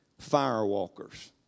Firewalkers